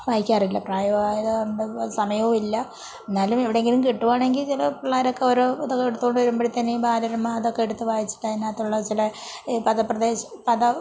വായിക്കാറില്ല പ്രായവായതോ സമയവുമില്ല എന്നാലും എവിടെങ്കിലും കിട്ടുവാണെങ്കിൽ ചില പിള്ളാരൊക്കെ ഓരോ ഇത് എടുത്തുകൊണ്ട് വരുമ്പോഴത്തെന് ഈ ബാലരമ അതൊക്കെ എടുത്ത് വായിച്ചിട്ട് അതിനകത്ത് ഉള്ള ചില പദ പ്രദേശം പദ